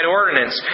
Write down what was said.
ordinance